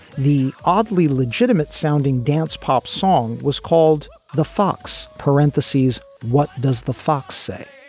the oddly legitimate sounding dance pop song was called the fox parentheses. what does the fox say?